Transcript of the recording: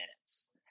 minutes